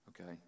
okay